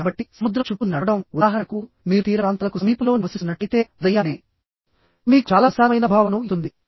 కాబట్టి సముద్రం చుట్టూ నడవడం ఉదాహరణకు మీరు తీరప్రాంతాలకు సమీపంలో నివసిస్తున్నట్లయితే ఉదయాన్నేఇది మీకు చాలా ప్రశాంతమైన ప్రభావాలను ఇస్తుంది